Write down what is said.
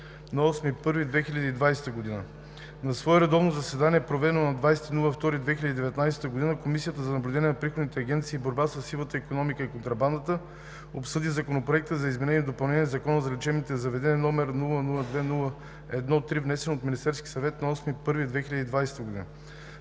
На свое редовно заседание, проведено на 20 февруари 2019г., Комисия за наблюдение на приходните агенции и борба със сивата икономика и контрабандата обсъди Законопроект за изменение и допълнение на Закона за лечебните заведения, № 002-01-3, внесен от Министерския съвет на 8 януари 2020 г.